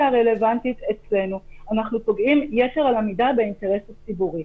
הרלוונטית אצלנו אנחנו פוגעים יתר על המידה באינטרס הציבורי.